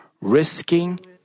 risking